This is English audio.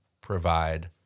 provide